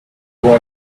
dough